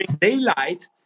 daylight